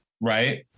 right